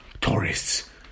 tourists